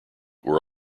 were